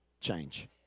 change